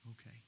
okay